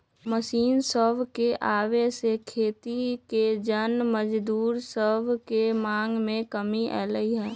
machine सभके आबे से खेती के जन मजदूर सभके मांग में कमी अलै ह